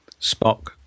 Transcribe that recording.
Spock